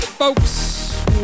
Folks